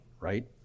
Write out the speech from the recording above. right